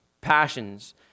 passions